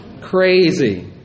crazy